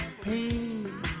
pain